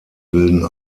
wilden